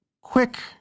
quick